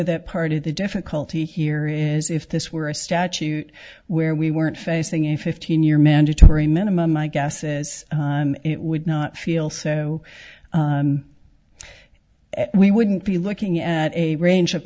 that part of the difficulty here is if this were a statute where we weren't facing a fifteen year mandatory minimum my guess is it would not feel so we wouldn't be looking at a range of